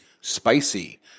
spicy